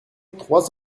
trois